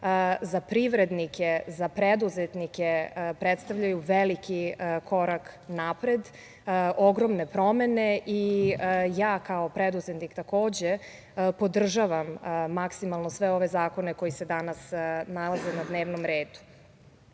za privrednike, za preduzetnike, predstavljaju veliki korak napred, ogromne promene i ja kao preduzetnik takođe podržavam maksimalno sve ove zakone koji se danas nalaze na dnevnom redu. Ono